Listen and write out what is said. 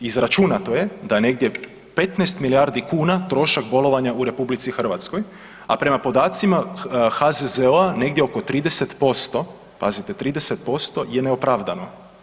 Izračunato je da je negdje 15 milijardi kuna trošak bolovanja u RH, a prema podacima HZZO-a negdje oko 30%, pazite 30% je neopravdano.